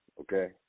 okay